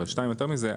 2. יותר מזה,